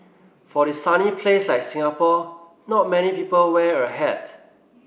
for a sunny place like Singapore not many people wear a hat